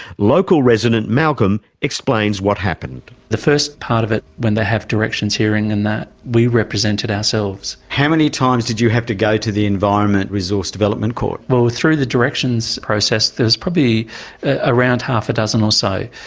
local resident, malcolm, explains what happened malcolm the first part of it, when they have directions hearing and that, we represented ourselves. how many times did you have to go to the environment resource development court? well, through the directions process there probably around half a dozen or so.